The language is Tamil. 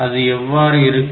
அது எவ்வாறு இருக்கும்